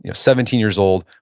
you know seventeen years old,